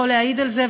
יכול להעיד על זה,